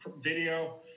video